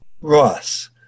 Ross